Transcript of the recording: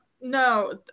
no